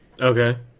Okay